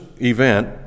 event